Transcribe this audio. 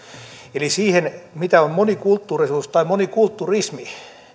eli siihen mitä on monikulttuurisuus tai monikulturismi